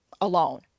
alone